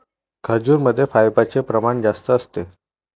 खजूरमध्ये फायबरचे प्रमाण जास्त असते